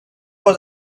was